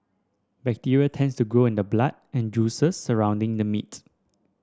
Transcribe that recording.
bacteria tends to grow in the blood and juices surrounding the meat